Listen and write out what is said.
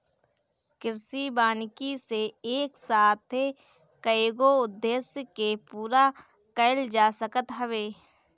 कृषि वानिकी से एक साथे कईगो उद्देश्य के पूरा कईल जा सकत हवे